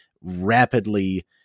rapidly